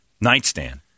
nightstand